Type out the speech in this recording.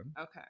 Okay